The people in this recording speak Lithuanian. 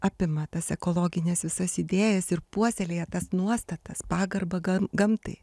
apima tas ekologines visas idėjas ir puoselėja tas nuostatas pagarbą gan gamtai